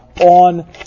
on